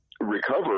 recover